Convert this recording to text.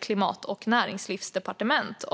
Klimat och näringslivsdepartementet.